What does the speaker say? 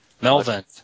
Melvin